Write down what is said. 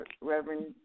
reverend